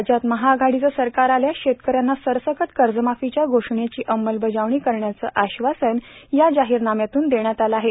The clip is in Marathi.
राज्यात महाआघाडीचं सरकार आल्यास शेतकऱ्यांना सरसकट कर्जमाफीच्या घोषणेची अंमलबजावणी करण्याचं आश्वासन या जाहीरनाम्यातून देण्यात आलं आहे